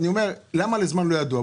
אני אומר: למה לזמן לא ידוע?